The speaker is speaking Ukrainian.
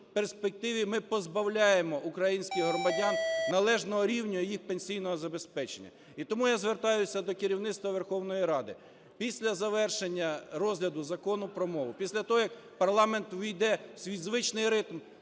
перспективі ми позбавляємо українських громадян належного рівня їх пенсійного забезпечення. І тому я звертаюся до керівництва Верховної Ради: після завершення розгляду Закону про мову, після того, як парламент ввійде в свій звичний ритм